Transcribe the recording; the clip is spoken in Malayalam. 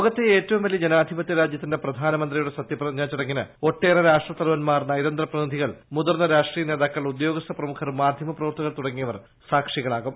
ലോകത്തെ ഏറ്റവൂം പ്ലിയ ജനാധിപത്യ രാജ്യത്തിന്റെ പ്രധാനമന്ത്രിയുടെ സത്യപ്രതിജ്ഞാ ചടങ്ങിന് ഒട്ടേറെ രാഷ്ട്രത്തലവന്മാർ നയ്ക്ത്രന്ത് പ്രതിനിധികൾ മുതിർന്ന രാഷ്ട്രീയ നേതാക്കൾ ഉദ്യോഗസ്ഥ പ്രമുഖർ മാധ്യമ പ്രവർത്തകർ തുടങ്ങിയവർ സാക്ഷികളാകും